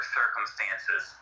circumstances